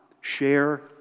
share